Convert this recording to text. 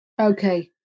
okay